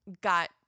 got